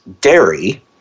dairy